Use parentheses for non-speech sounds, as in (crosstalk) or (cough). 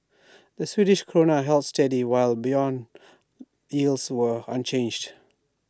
the Swedish Krona held steady while Bond (hesitation) yields were unchanged